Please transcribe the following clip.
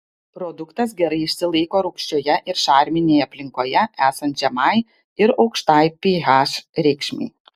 produktas gerai išsilaiko rūgščioje ir šarminėje aplinkoje esant žemai ir aukštai ph reikšmei